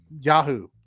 Yahoo